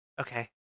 Okay